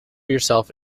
yourself